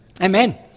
amen